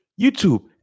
YouTube